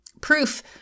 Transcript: Proof